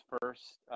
first